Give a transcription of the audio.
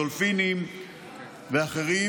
דולפינים ואחרים,